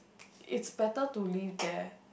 is better to live there